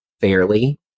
fairly